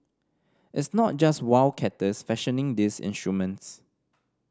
it's not just wildcatters fashioning these instruments